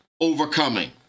overcoming